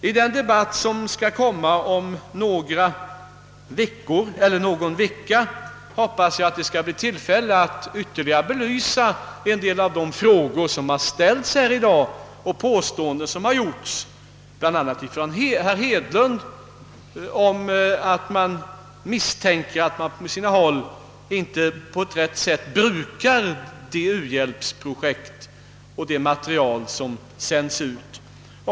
I den debatt som skall komma i denna fråga om någon vecka hoppas jag att det skall bli tillfälle till ytterligare belysning av en del av de frågor som har ställts här i dag och de påståenden som har gjorts. Herr Hedlund talade om misstanken, att man på sina håll inte på ett riktigt sätt brukar de u-hjälpsprojekt och det material som sänds ut.